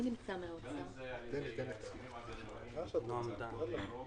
אם זה על ידי ההסכמים הבין לאומיים בתחום הדרכון